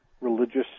religious